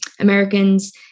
Americans